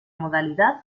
modalidad